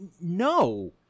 no